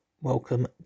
welcome